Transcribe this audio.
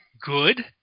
good